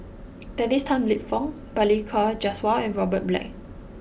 Dennis Tan Lip Fong Balli Kaur Jaswal and Robert Black